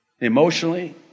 emotionally